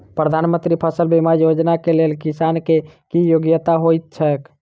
प्रधानमंत्री फसल बीमा योजना केँ लेल किसान केँ की योग्यता होइत छै?